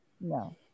No